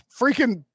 freaking